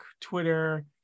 Twitter